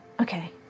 Okay